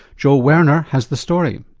joel werner has the story.